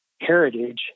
heritage